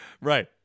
Right